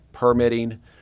permitting